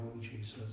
Jesus